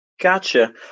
gotcha